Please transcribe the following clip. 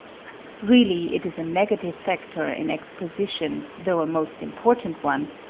really, it is a negative factor in exposition though a most important one,